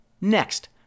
Next